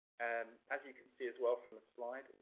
and as you can see as well from the slide,